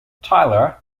tyler